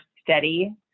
steady